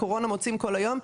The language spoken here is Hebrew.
לקורונה מוציאים כל היום,